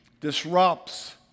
Disrupts